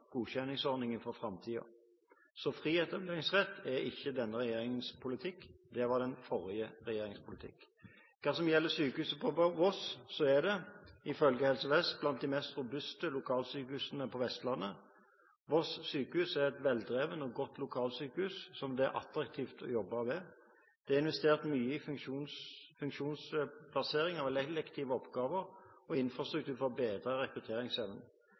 godkjenningsordningen for framtiden. Fri etableringsrett er ikke denne regjeringens politikk. Det var den forrige regjeringens politikk. Hva gjelder sykehuset på Voss, er det, ifølge Helse Vest, blant de mest robuste lokalsykehusene på Vestlandet. Voss sjukehus er et veldrevet og godt lokalsykehus, som det er attraktivt å jobbe ved. Det er investert mye i funksjonsplassering av elektive oppgaver og infrastruktur for å bedre rekrutteringsevnen.